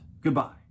Goodbye